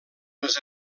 les